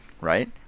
right